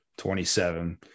27